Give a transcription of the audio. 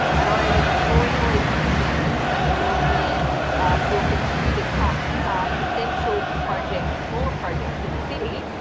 and i am extremely concerned that the lord mayor will continue to cut essential projects, smaller projects in the city,